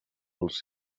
als